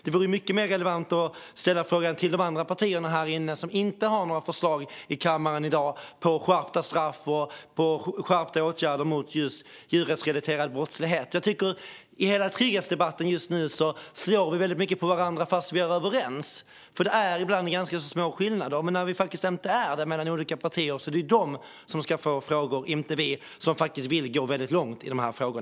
Det vore mycket mer relevant att ställa frågan till de andra partierna här inne, som inte har några förslag i kammaren i dag på skärpta straff och skärpta åtgärder mot djurrättsrelaterad brottslighet. Jag tycker att vi i hela trygghetsdebatten just nu slår väldigt mycket på varandra fast vi är överens. Det är ibland ganska små skillnader. Men när vi faktiskt inte är överens mellan olika partier är det de som ska få frågor - inte vi som faktiskt vill gå väldigt långt i dessa frågor.